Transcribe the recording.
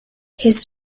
his